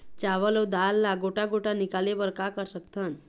चावल अऊ दाल ला गोटा गोटा निकाले बर का कर सकथन?